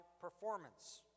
performance